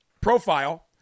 profile